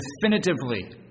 definitively